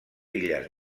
illes